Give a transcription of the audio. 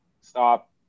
stop